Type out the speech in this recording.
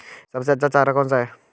सबसे अच्छा चारा कौन सा है?